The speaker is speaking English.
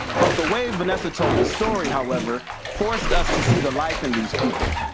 but the way vanessa told the story, however, forced us to see the life in these people.